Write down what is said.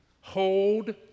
hold